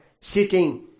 sitting